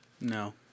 no